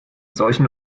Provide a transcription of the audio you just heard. solchen